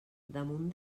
damunt